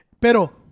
Pero